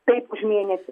taip už mėnesį